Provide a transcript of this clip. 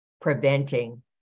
preventing